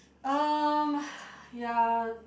um yeah